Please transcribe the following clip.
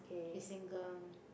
she's single